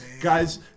guys